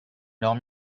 leurs